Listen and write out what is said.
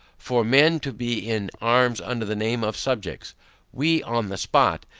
for men to be in arms under the name of subjects we, on the spot,